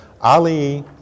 Ali